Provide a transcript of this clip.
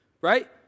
right